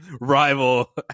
rival